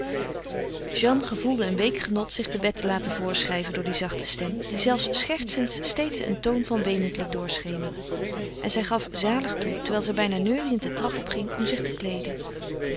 jeanne gevoelde een week genot zich de wet te laten voorschrijven door die zachte stem die zelfs schertsend steeds een toon van weemoed liet doorschemeren en zij gaf zalig toe terwijl zij bijna neuriënd de trap opging om zich te kleeden